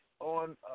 on